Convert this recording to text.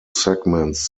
segments